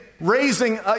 Raising